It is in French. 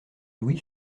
louis